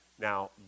Now